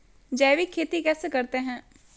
जैविक खेती कैसे करते हैं?